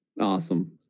Awesome